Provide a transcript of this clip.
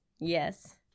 Yes